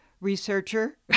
researcher